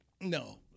no